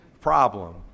problem